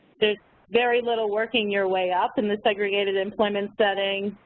there's very little working your way up in the segregated employment setting.